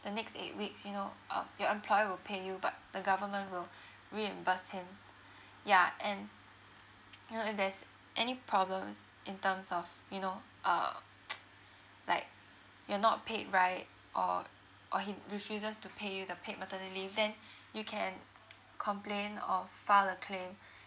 the next eight weeks you know um your employer will pay you but the government will reimburse him ya and you know if there's any problems in terms of you know uh like you're not paid right or or he refuses to pay you the paid maternity leave then you can complain or file a claim